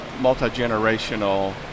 multi-generational